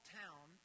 town